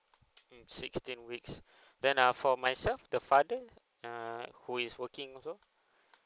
mm sixteen weeks then uh for myself the father err who is working also